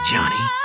Johnny